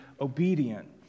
obedient